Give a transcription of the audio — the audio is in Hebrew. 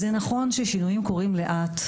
זה נכון ששינויים קורים לאט,